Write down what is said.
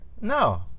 No